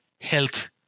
health